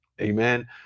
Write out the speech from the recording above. Amen